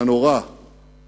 והנורא